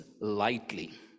lightly